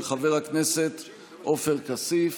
של חבר הכנסת עופר כסיף.